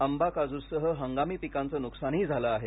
आंबा काजूसह हंगामी पिकांचं नुकसानंही झालं आहे